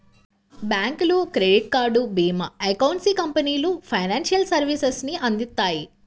బ్యాంకులు, credit card, భీమా, accountancy కంపెనీలు ఫైనాన్షియల్ సర్వీసెస్ ని అందిత్తాయి